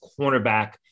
cornerback